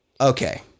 Okay